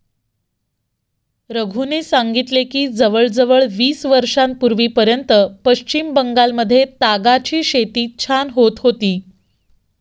रघूने सांगितले की जवळजवळ वीस वर्षांपूर्वीपर्यंत पश्चिम बंगालमध्ये तागाची शेती छान होत होती